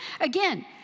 Again